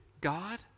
God